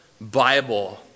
Bible